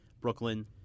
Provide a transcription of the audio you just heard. Brooklyn